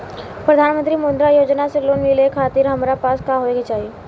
प्रधानमंत्री मुद्रा योजना से लोन मिलोए खातिर हमरा पास का होए के चाही?